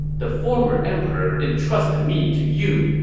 the former emperor entrusted me to you.